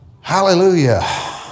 Hallelujah